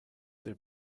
their